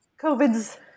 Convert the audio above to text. COVID's